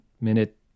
minute